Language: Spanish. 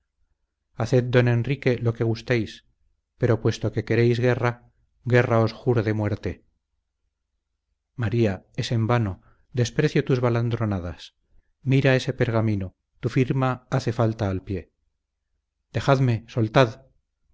haced don enrique lo que gustéis pero puesto que queréis guerra guerra os juro de muerte maría es en vano desprecio tus balandronadas mira ese pergamino tu firma hace falta al pie dejadme soltad